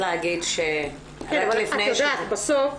בסוף,